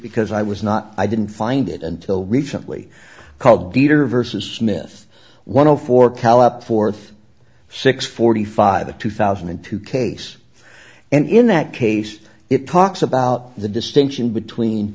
because i was not i didn't find it until recently called peter versus smith one o four callup fourth six forty five the two thousand and two case and in that case it talks about the distinction between